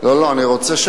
אני רוצה,